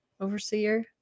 overseer